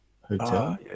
hotel